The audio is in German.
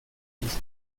ich